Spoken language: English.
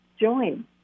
join